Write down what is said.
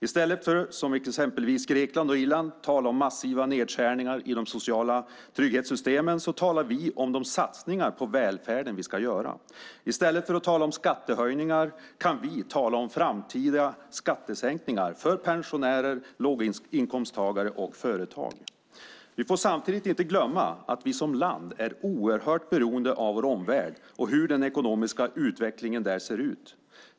I stället för att, som i exempelvis Grekland och Irland, tala om massiva nedskärningar i de sociala trygghetssystemen talar vi om de satsningar på välfärden vi ska göra. I stället för att tala om skattehöjningar kan vi tala om framtida skattesänkningar för pensionärer, låginkomsttagare och företag. Vi får samtidigt inte glömma att vi som land är oerhört beroende av vår omvärld och av hur den ekonomiska utvecklingen där ser ut.